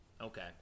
Okay